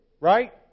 right